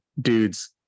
dudes